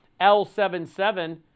L77